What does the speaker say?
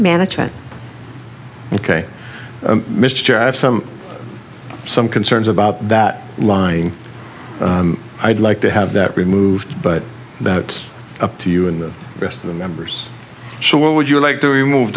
management ok mr chair i have some some concerns about that lying i'd like to have that removed but that's up to you and the rest of the members so what would you like to remove